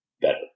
better